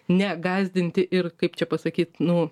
ne gąsdinti ir kaip čia pasakyt nu